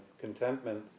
contentment